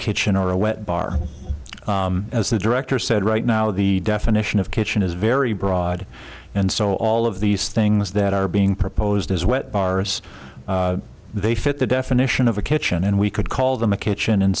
kitchen or a wet bar as the director said right now the definition of kitchen is very broad and so all of these things that are being proposed as wet bars they fit the definition of a kitchen and we could call them a kitchen and